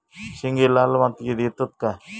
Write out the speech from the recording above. शेंगे लाल मातीयेत येतत काय?